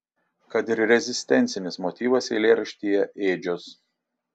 kad ir rezistencinis motyvas eilėraštyje ėdžios